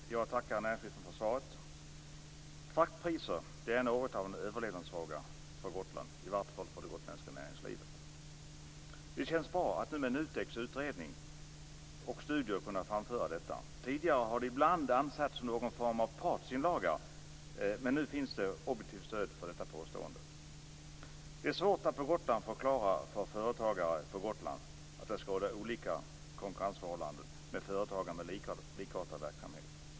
Fru talman! Jag tackar näringsministern för svaret. Fraktpriser är något av en överlevnadsfråga för Gotland, i varje fall för det gotländska näringslivet. Det känns bra att det framkommer i NUTEK:s utredning och i studier. Tidigare har det ibland ansetts som någon form av partsinlaga, men nu finns det objektivt stöd för detta påstående. Det är svårt att förklara för företagare på Gotland att det skall råda olika konkurrensförhållanden mellan företagare med likartad verksamhet.